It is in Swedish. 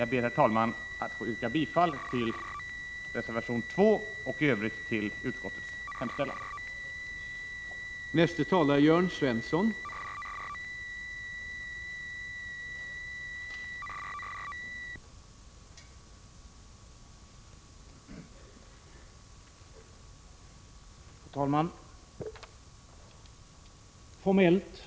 Jag ber, herr talman, att få yrka bifall till reservation 2 och i övrigt till utskottets hemställan.